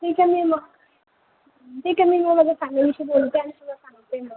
ठीक आहे मी मग ठीक आहे मी मग माझ्या फॅमिलीशी बोलते आणि तुला सांगते मग